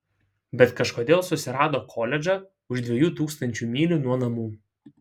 bet kažkodėl susirado koledžą už dviejų tūkstančių mylių nuo namų